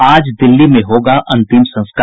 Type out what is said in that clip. आज दिल्ली में होगा अंतिम संस्कार